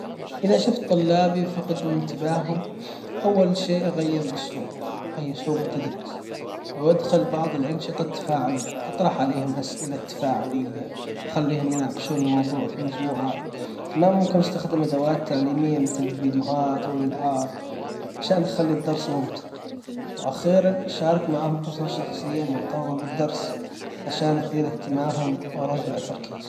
اذا شفت طلابي فقدوا انتباههم أول شيء أغير الاسلوب اي إسلوب التدريس او أدخل بعض الانشطة التفاعلية أطرح عليهم اسئلة تفاعلية خليهم يناقشون الموضوع في مجموعات ما ممكن أستخدم ادوات تعليمية مثل فيديوهات او الالعاب. عشان أخلي الدرس ممتع واخيرا شارك معهم قصص شخصية مرتبطة بالدرس عشان أثير اهتمامهم وأرجع تركيزهم.